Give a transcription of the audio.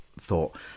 thought